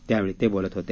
त्यावेळी ते बोलत होते